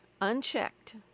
unchecked